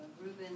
Reuben